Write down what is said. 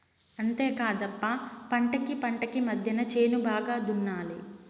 అంతేకాదప్ప పంటకీ పంటకీ మద్దెన చేను బాగా దున్నాలి